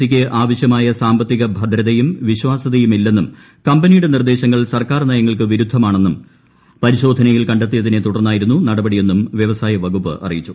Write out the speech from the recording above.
സിയ്ക്ക് ആവശ്യമായ സാമ്പത്തിക ഭദ്രതയും വിശ്വാസ്യത്തയുമില്ലെന്നും കമ്പനിയുടെ നിർദ്ദേശങ്ങൾ സർക്കാർ നയങ്ങൾക്ക് വിരുദ്ധമാണെന്നും പരിശോധനയിൽ കണ്ടെത്തിയതിനെ തുടർന്നായിരുന്നു നടപടി എന്നും വ്യവസായ വകുപ്പ് അറിയിച്ചു